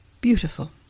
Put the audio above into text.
Beautiful